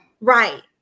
right